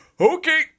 Okay